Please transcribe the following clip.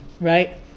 right